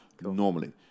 normally